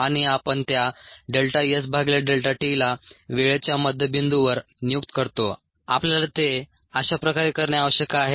आणि आपण त्या डेल्टा S भागिले डेल्टा t ला वेळेच्या मध्यबिंदूवर नियुक्त करतो आपल्याला ते अशाप्रकारे करणे आवश्यक आहे